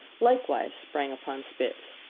likewise sprang upon spitz.